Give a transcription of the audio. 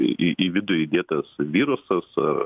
į į į vidų įdėtas virusas ar